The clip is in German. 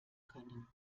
können